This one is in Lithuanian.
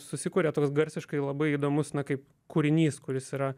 susikuria toks garsiškai labai įdomus na kaip kūrinys kuris yra